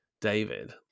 david